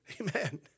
Amen